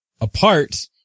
apart